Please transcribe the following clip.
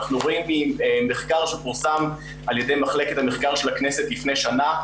אנחנו רואים מחקר שפורסם על ידי מחלקת המחקר של הכנסת לפני שנה,